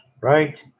right